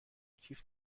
کیف